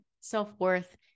self-worth